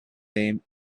them